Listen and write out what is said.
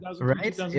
right